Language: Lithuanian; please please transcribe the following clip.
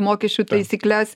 mokesčių taisykles